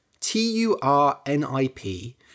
T-U-R-N-I-P